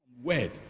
Word